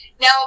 Now